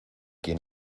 quien